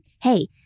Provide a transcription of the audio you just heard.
hey